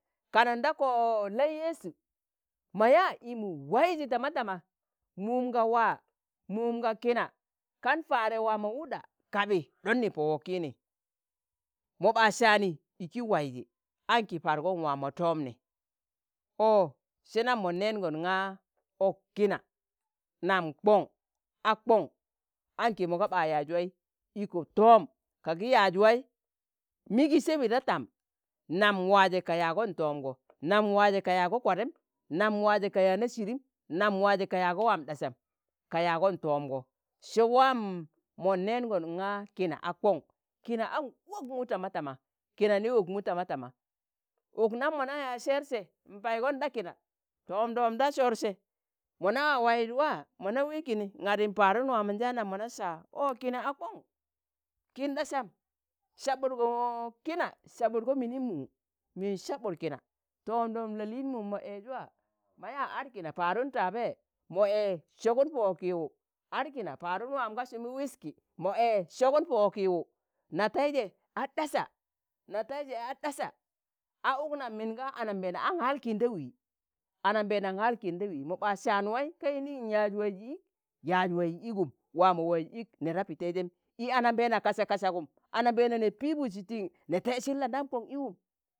kanun da ko lai yesu, mọ yaa imu waizi tama tama, mum ga waa, mum ga kina, kan paade waamọ wụɗa, kabi, ɗọni, pọ wọkini, mo ba saani iki waizi, aṇki paudgon waamọ toomni ọ sa nam mon nẹẹngọn nga ọk kina nam kọṇ a kọṇ anki mo ga ba yaaz wai iko toom, ka gi yaaj wai mii gi sebi da tam nam waaje ka yaagon tọọmgo, nam waaje ka yaagọ kwadem, nam waaje ka yaana sirim, nam waaje ka yaago waam ɗasam, ka yaagon tọọmgo. se waa mo nẹẹngọn ng̣a kina a kọṇ, kina an wok mu tama tama kina ni wokmu tama tama, uk nam mana yaaz sẹẹr se npaigonɗa kina, tọọmdọm da sọrse mọna wayud waa mo na we̱e kini, in ade n'paadun waamonjaanam mona sa̱a, ọ kina a kon, kin ɗasam sabudgo kina sabudgo minim mu̱u, min sobud kina tọọmdom la'liinmum ma ẹẹzwaa, ma yaa ad kina padụm taabe mo ee sọgun pọ wokiwu, ad kina paɗun wam ga sumi wiski, mọ ẹẹ sọgụn pọ wọkiwụ, nateiji a ɗasa, nataije a ɗasa a uk nam min ga anambeena, aṇ hal kin da wii, anambeenan hal kin da wii mo ɓa sạan wai kai yinin yaaz waiz ik, yaaz waiz igum waa mọ waiz ii nẹ ta piteijem, i anambeena kazak kazagum anambeena ne, piibudsi ti̱ng nẹ tesin landam kọn iwum,